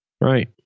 Right